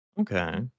Okay